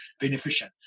beneficial